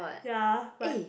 ya but